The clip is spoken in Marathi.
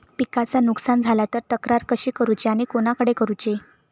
पिकाचा नुकसान झाला तर तक्रार कशी करूची आणि कोणाकडे करुची?